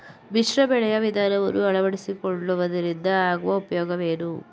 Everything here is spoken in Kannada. ಮಿಶ್ರ ಬೆಳೆಯ ವಿಧಾನವನ್ನು ಆಳವಡಿಸಿಕೊಳ್ಳುವುದರಿಂದ ಆಗುವ ಉಪಯೋಗವೇನು?